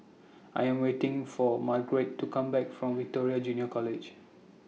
I Am waiting For Margurite to Come Back from Victoria Junior College